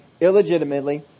illegitimately